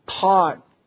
taught